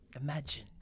Imagine